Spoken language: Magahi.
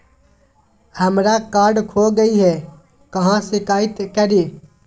हमरा कार्ड खो गई है, कहाँ शिकायत करी?